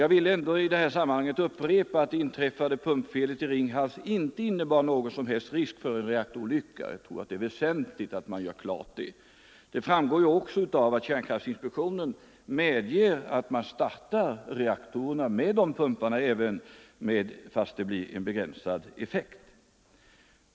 Jag vill ändå i detta sammanhang upprepa att det inträffade pumpfelet i Ringhals inte innebar någon risk för en reaktorolycka. Jag tror att det är väsentligt att klargöra detta. Det framgår också av att kärnkraftinspektionen medger att reaktorerna startas med bibehållande av ifrågavarande pumpar, även om driften uppehålls med begränsad effekt.